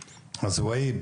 נקודה.